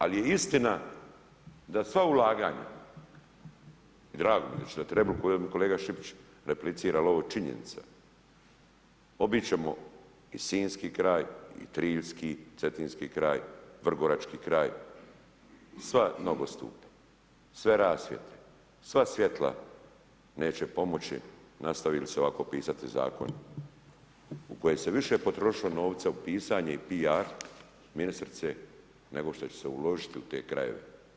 Ali je istina da sva ulaganja, i drago mi je … kolega Šipić replicira ali ovo je činjenica, obići ćemo i Sinjski kraj i Triljski, Cetinski kraj, Vrgorački kraj, sav nogostup, sve rasvjete, sva svjetla neće pomoći nastavi li se ovako pisati zakon u koji se više potrošilo novca u pisanje i PR, ministrice, nego što će se uložiti u te krajeve.